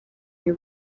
new